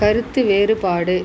கருத்து வேறுபாடு